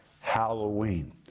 Halloween